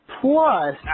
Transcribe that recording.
Plus